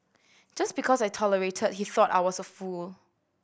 just because I tolerated he thought I was a fool